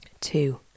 Two